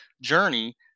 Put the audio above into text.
journey